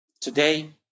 Today